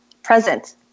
present